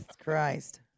Christ